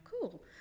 Cool